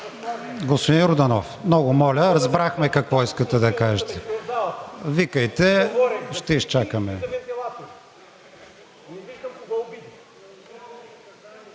Господин Йорданов, много моля! Разбрахме какво искате да кажете. Викайте, ще изчакаме.